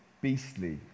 beastly